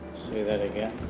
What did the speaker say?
say that again?